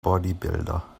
bodybuilder